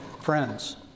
Friends